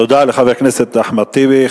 תודה לחבר הכנסת אחמד טיבי.